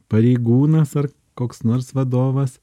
pareigūnas ar koks nors vadovas